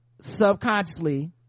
subconsciously